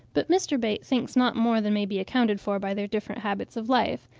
but mr. bate thinks not more than may be accounted for by their different habits of life,